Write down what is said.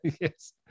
Yes